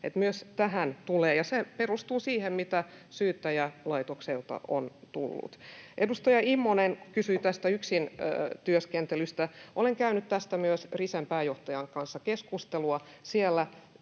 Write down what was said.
myös tähän tulee, ja se perustuu siihen, mitä Syyttäjälaitokselta on tullut. Edustaja Immonen kysyi yksin työskentelystä: Olen käynyt tästä myös Risen pääjohtajan kanssa keskustelua.